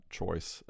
choice